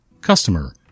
Customer